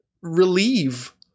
relieve